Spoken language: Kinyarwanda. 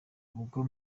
ubwo